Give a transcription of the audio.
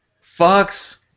Fox